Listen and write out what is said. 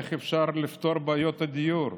איך אפשר לפתור את בעיות הדיור?